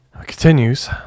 Continues